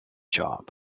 job